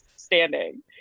standing